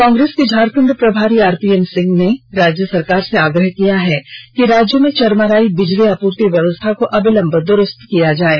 कांग्रेस के झारखण्ड प्रभारी आरपीएन सिंह ने राज्य सरकार से आग्रह किया है कि राज्य में चरमराई बिजली आपूर्ति व्यवस्था को अविलंब दुरूस्त कराया जाये